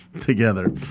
together